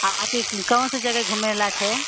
आप कौन से जगह घूमने लायक़ है